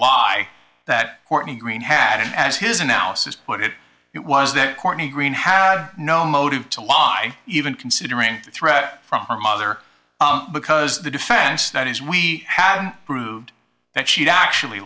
lie that courtney greene had it as his analysis put it it was that courtney greene had no motive to lie even considering the threat from her mother because the defense that is we have proved that she actually